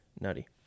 nutty